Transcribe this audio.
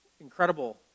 incredible